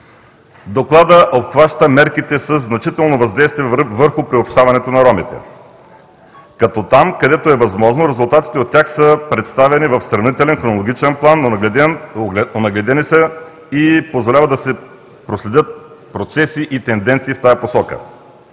Докладът обхваща мерките със значително въздействие върху приобщаването на ромите, като там, където е възможно, резултатите от тях са представени в сравнителен хронологичен план, онагледени са и позволяват да се проследят процеси и тенденции в тази посока.